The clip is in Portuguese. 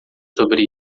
sobre